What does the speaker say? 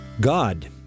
God